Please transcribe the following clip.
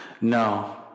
No